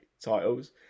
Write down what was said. titles